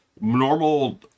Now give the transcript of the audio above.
normal